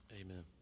Amen